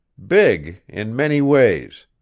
big in many ways.